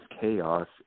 chaos